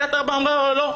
קריית ארבע אמרה לא.